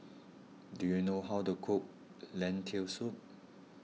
do you know how to cook Lentil Soup